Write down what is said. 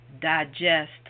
digest